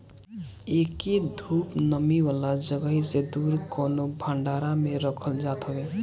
एके धूप, नमी वाला जगही से दूर कवनो भंडारा में रखल जात हवे